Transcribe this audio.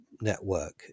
network